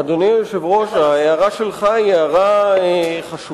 אדוני היושב-ראש, ההערה שלך היא הערה חשובה,